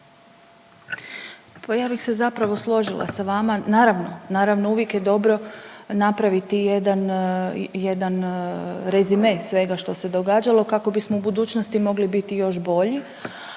ja bih se zapravo složila sa vama. Naravno, naravno uvijek je dobro napraviti jedan rezime svega što se događalo kako bismo u budućnosti mogli biti još bolji.